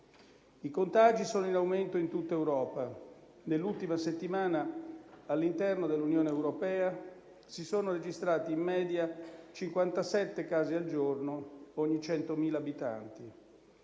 I contagi sono in aumento in tutta Europa: nell'ultima settimana, all'interno dell'Unione europea si sono registrati in media cinquantasette casi al giorno ogni 100.000 abitanti.